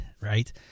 right